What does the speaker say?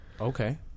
Okay